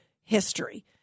history